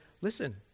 listen